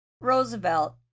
Roosevelt